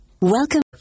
Welcome